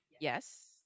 yes